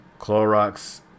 clorox